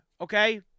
okay